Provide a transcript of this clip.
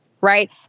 Right